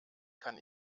kann